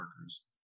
workers